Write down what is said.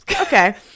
Okay